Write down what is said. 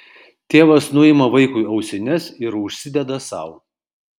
tėvas nuima vaikui ausines ir užsideda sau